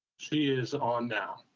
she is on now.